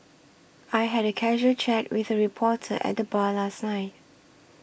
I had a casual chat with a reporter at the bar last night